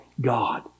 God